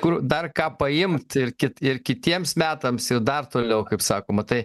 kur dar ką paimt ir ir kitiems metams ir dar toliau kaip sakoma tai